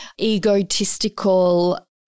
egotistical